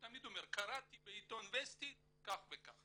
הוא תמיד אומר "קראתי בעיתון וסטי כך וכך".